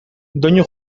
doinu